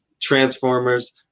Transformers